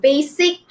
Basic